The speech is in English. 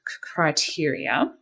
criteria